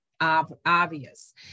obvious